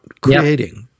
creating